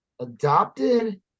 adopted